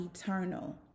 eternal